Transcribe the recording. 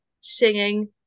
singing